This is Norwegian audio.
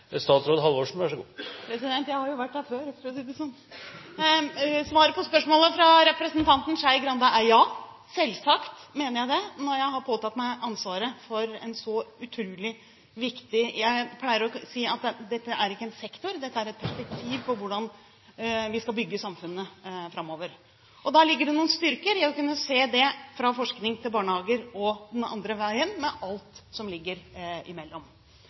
Jeg har jo vært her før, for å si det slik. Svaret på spørsmålet fra representanten Skei Grande er ja, selvsagt mener jeg det når jeg har påtatt meg ansvaret for noe så utrolig viktig. Jeg pleier å si at dette er ikke en sektor, dette er et perspektiv på hvordan vi skal bygge samfunnet framover. Da ligger det noen styrker i å kunne se det fra forskning til barnehager og den andre veien, med alt som ligger imellom.